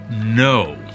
no